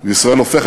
הנה,